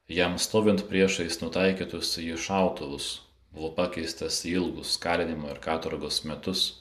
jam stovint priešais nutaikytus šautuvus buvo pakeistas į ilgus kalinimo ir katorgos metus